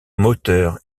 moteur